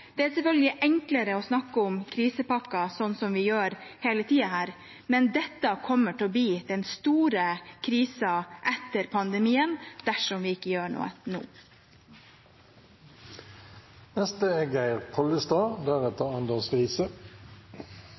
det. Det er selvfølgelig enklere å snakke om krisepakker, som vi gjør hele tiden her, men dette kommer til å bli den store krisen etter pandemien dersom vi ikke gjør noe nå. Det er